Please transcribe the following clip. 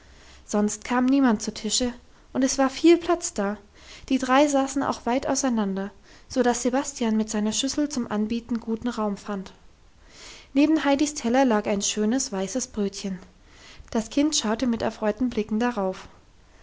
sonst kam niemand zu tische und es war viel platz da die drei saßen auch weit auseinander so dass sebastian mit seiner schüssel zum anbieten guten raum fand neben heidis teller lag ein schönes weißes brötchen das kind schaute mit erfreuten blicken darauf